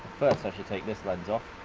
first i should take this lens off.